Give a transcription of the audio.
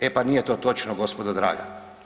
E pa nije to točno gospodo draga.